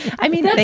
i mean,